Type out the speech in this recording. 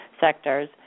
sectors